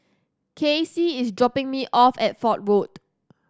Cassie is dropping me off at Fort Road